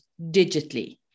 digitally